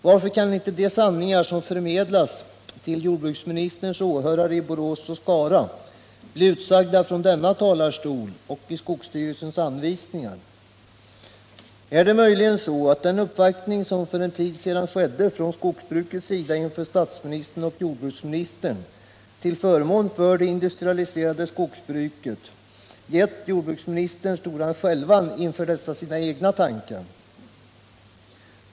Varför kan inte de sanningar som förmedlas till jordbruksministerns åhörare i Borås och Skara bli utsagda från denna talarstol och i skogsstyrelsens anvisningar? Är det möjligen så, att den uppvaktning som för en tid sedan skedde från skogsbrukets sida inför statsministern och jordbruksministern till förmån för det industrialiserade skogsbruket gett jordbruksministern stora skälvan inför dessa sina egna tankar?